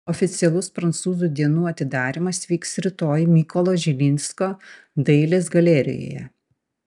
oficialus prancūzų dienų atidarymas vyks rytoj mykolo žilinsko dailės galerijoje